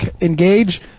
Engage